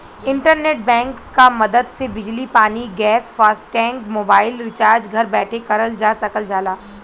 internet bank क मदद से बिजली पानी गैस फास्टैग मोबाइल रिचार्ज घर बैठे करल जा सकल जाला